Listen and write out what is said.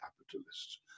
capitalists